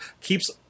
keeps